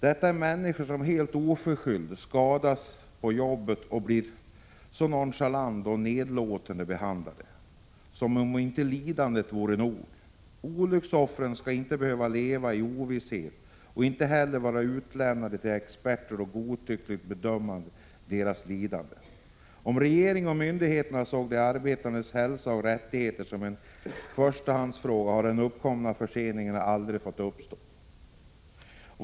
Detta är människor som helt oförskyllt skadas på jobbet och som sedan blir nonchalant och nedlåtande behandlade. Som om inte lidandet vore nog! Olycksoffren skall inte behöva leva i ovisshet och inte heller vara utlämnade till experter som godtyckligt bedömer deras lidande. Om regeringen och myndigheterna såg de arbetandes hälsa och rättigheter som en förstahandsfråga hade de uppkomna förseningarna aldrig fått uppstå.